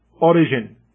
origin